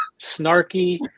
snarky